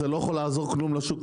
זה לא יכול לעזור בכלום לשוק,